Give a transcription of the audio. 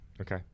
Okay